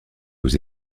aux